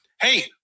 Hey